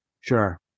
Sure